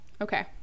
Okay